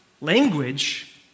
Language